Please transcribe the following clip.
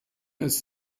ist